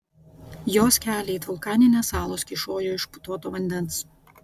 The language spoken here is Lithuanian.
jos keliai it vulkaninės salos kyšojo iš putoto vandens